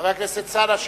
חבר הכנסת אלסאנע,